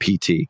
PT